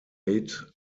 eight